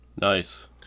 Nice